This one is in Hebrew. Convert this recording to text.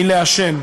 מלעשן.